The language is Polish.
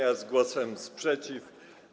Ja z głosem przeciw.